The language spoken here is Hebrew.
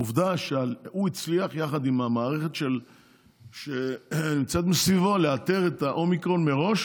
שעובדה שהוא הצליח יחד עם המערכת שנמצאת מסביבו לאתר את האומיקרון מראש